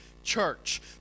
Church